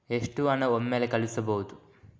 ಎಷ್ಟು ಹಣ ಒಮ್ಮೆಲೇ ಕಳುಹಿಸಬಹುದು?